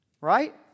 Right